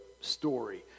story